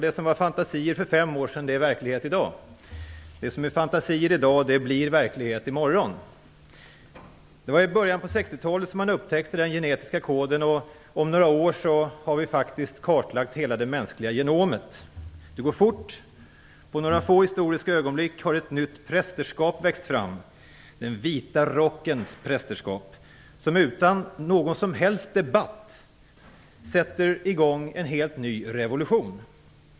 Det som var fantasier för 5 år sedan är verklighet i dag. Det som är fantasier i dag blir verklighet i morgon. I början av 60-talet upptäckte man den genetiska koden. Om några år har vi faktiskt kartlagt hela det mänskliga genomet. Det går fort. På några få historiska ögonblick har ett nytt prästerskap växt fram: den vita rockens prästerskap. Utan någon som helst debatt sätter det i gång en helt ny revolution.